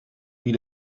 die